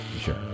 sure